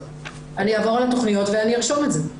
אני אעבור על התכניות וארשום את זה.